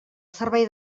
servei